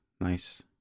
Nice